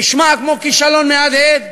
נשמע כמו כישלון מהדהד,